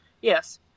Yes